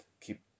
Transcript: keep